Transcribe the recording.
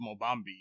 Mobambi